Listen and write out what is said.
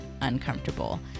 uncomfortable